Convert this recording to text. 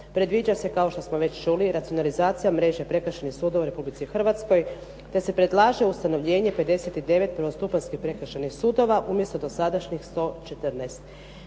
predviđa se kao što smo već čuli racionalizacija mreže prekršajnih sudova u Republici Hrvatskoj, te se predlaže ustanovljenje 59 prvostupanjskih prekršajnih sudova umjesto dosadašnjih 114.